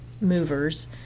movers